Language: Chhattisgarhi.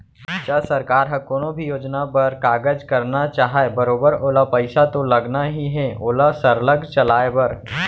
च सरकार ह कोनो भी योजना बर कारज करना चाहय बरोबर ओला पइसा तो लगना ही हे ओला सरलग चलाय बर